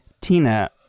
Tina